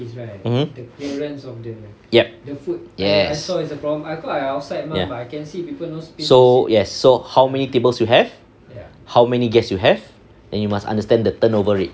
mm yes ya so yes so how many tables you have how many guest you have and you must understand the turnover rate